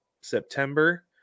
September